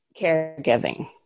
caregiving